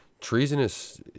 Treasonous